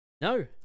No